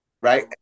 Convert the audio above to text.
right